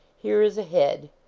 here is a head,